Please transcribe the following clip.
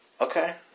Okay